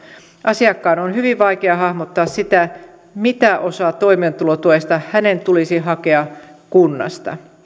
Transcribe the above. asiakkaan on hyvin vaikea hahmottaa sitä mitä osaa toimeentulotuesta hänen tulisi hakea kunnasta